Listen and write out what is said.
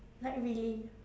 like really